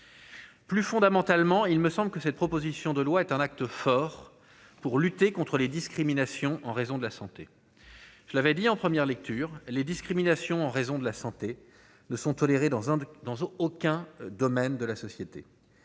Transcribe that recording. Plus fondamentalement, il me semble que cette proposition de loi est un acte fort pour lutter contre les discriminations en raison de la santé, je l'avais dit en première lecture, les discriminations en raison de la santé ne sont tolérés dans un, dans aucun domaine de la société,